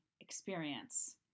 experience